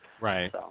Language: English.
Right